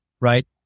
right